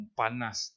panas